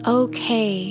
okay